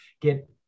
get